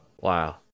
Wow